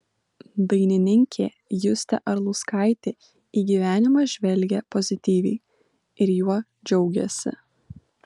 dainininkė justė arlauskaitė į gyvenimą žvelgia pozityviai ir juo džiaugiasi